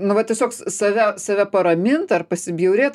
nu va tiesiog save save paramint ar pasibjaurėt